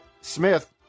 Smith